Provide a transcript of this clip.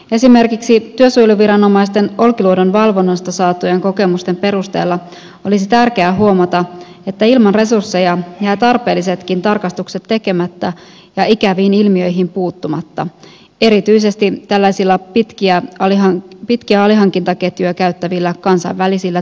esimerkiksi työsuojeluviranomaisten olkiluodon valvonnasta saatujen kokemusten perusteella olisi tärkeää huomata että ilman resursseja jäävät tarpeellisetkin tarkastukset tekemättä ja ikäviin ilmiöihin puuttumatta erityisesti tällaisilla pitkiä alihankintaketjuja käyttävillä kansainvälisillä työmailla